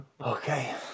okay